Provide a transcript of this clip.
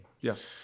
Yes